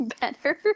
better